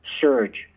surge